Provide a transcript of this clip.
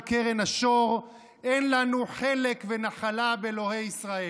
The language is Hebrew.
קרן השור: אין לנו חלק ונחלה באלוהי ישראל.